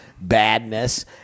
badness